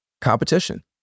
competition